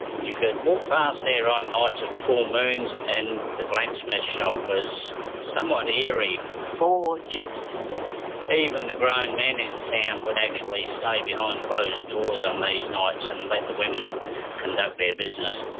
you could walk past there on nights of full moons and the blacksmith shop was somewhat eerie. forge sisters. even the grown men in town would actually stay behind closed doors on these nights and let the women conduct their business.